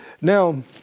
Now